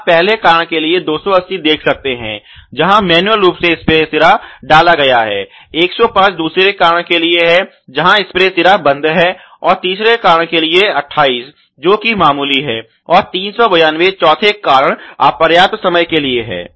आप पहले कारण के लिए 280 देख सकते हैं जहां मेनुयल रूप से स्प्रे सिरा डाला गया है 105 दूसरे कारण के लिए है जहां स्प्रे सिरा बंद है और तीसरे कारण के लिए 28 जो मामूली है और 392 चौथे कारण अपर्याप्त समय के लिए है